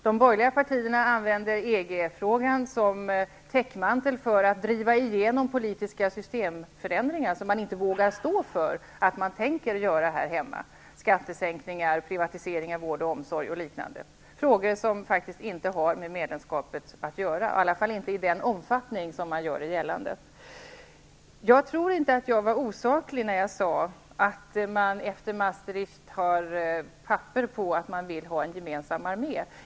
De borgerliga partierna använder EG frågan som täckmantel för att driva igenom politiska systemförändringar som man vill genomföra här hemma men inte vågar stå för, t.ex. skattesänkningar, privatisering av vård och omsorg, frågor som faktiskt inte har med medlemskapet att göra, i alla fall inte i den omfattning som görs gällande. Jag tror inte att jag var osaklig när jag sade att vi efter Maastrichtbeslutet har papper på att EG staterna vill ha en gemensam armé.